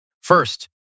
First